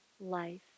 life